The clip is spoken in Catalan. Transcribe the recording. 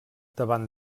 davant